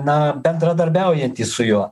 na bendradarbiaujantys su juo